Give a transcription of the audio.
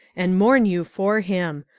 and mourn you for him.